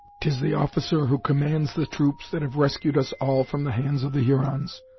tis the officer who commands the troops that have rescued us all from the hands of the hurons,